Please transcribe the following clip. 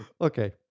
Okay